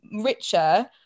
richer